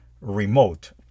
remote